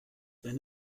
wenn